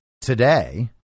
today